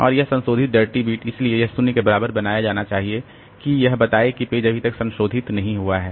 और वह संशोधित डर्टी बिट इसलिए यह शून्य के बराबर बनाया जाना चाहिए कि यह बताए कि पेज अभी तक संशोधित नहीं हुआ है